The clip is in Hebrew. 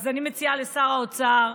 אז אני מציעה לשר האוצר,